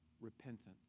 repentance